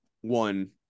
one –